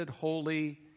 holy